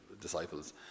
disciples